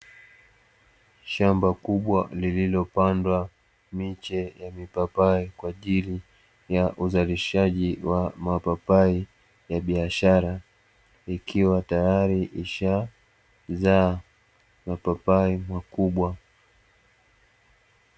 Shamba kubwa lililopandwa miche ya mipapai kwa ajili ya uzalishaji wa mapapai ya biashara ikiwa tayari ishazaa mapapai makubwa.